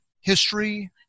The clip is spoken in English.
history